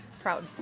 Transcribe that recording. proud,